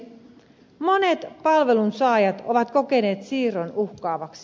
monet palvelunsaajat ovat kokeneet siirron uhkaavaksi